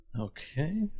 Okay